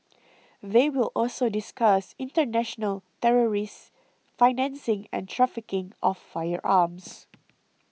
they will also discuss international terrorist financing and trafficking of firearms